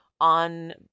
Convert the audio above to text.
on